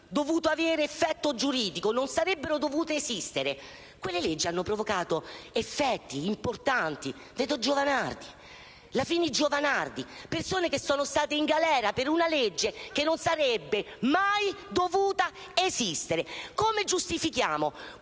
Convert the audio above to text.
dovuto avere effetto giuridico; non sarebbero dovute esistere. Quelle leggi hanno provocato effetti importanti. Vedo Giovanardi e penso alla cosiddetta legge Fini-Giovanardi e alle persone che sono state in galera per una legge che non sarebbe mai dovuta esistere. Come giustifichiamo